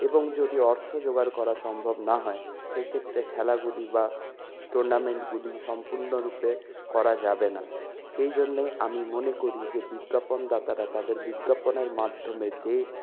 এবং যদি অর্থ জোগাড় করা সম্ভব না হয় সেক্ষেত্রে খেলাগুলি বা টুর্নামেন্টগুলি সম্পূর্ণ রূপে করা যাবে না সেই জন্যে আমি মনে করি যে বিজ্ঞাপনদাতারা তাদের বিজ্ঞাপন দানের মাধ্যমে যে